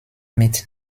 mit